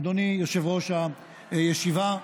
אדוני יושב-ראש הישיבה,